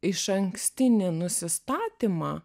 išankstinį nusistatymą